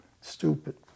Stupid